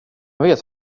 vet